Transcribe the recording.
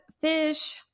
fish